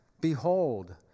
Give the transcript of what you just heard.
Behold